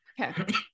Okay